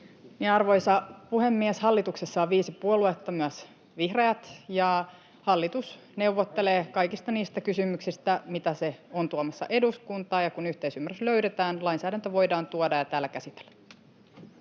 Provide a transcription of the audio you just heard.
Arvoisa puhemies! Hallituksessa on viisi puoluetta, myös vihreät, ja hallitus neuvottelee kaikista niistä kysymyksistä, mitä se on tuomassa eduskuntaan. Ja kun yhteisymmärrys löydetään, lainsäädäntö voidaan tuoda ja täällä käsitellä.